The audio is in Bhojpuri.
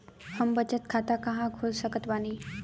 हम बचत खाता कहां खोल सकत बानी?